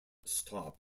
stop